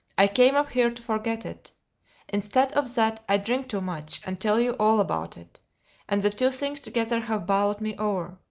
i came up here to forget it instead of that i drink too much and tell you all about it and the two things together have bowled me over.